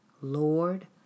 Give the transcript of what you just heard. Lord